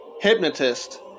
hypnotist